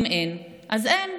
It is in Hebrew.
אם אין, אז אין.